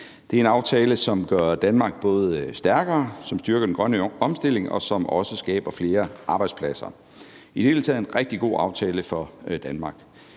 Det er en aftale, som gør Danmark stærkere, som styrker den grønne omstilling, og som også skaber flere arbejdspladser. Det er i det hele taget en rigtig god aftale for Danmark.